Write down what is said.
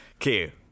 okay